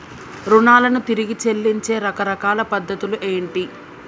రుణాలను తిరిగి చెల్లించే రకరకాల పద్ధతులు ఏంటి?